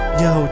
yo